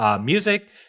music